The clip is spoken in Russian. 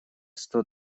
сто